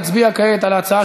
אנחנו נצביע כעת על ההצעה,